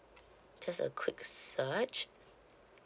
just a quick search